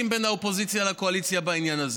מבין האופוזיציה לקואליציה בעניין הזה,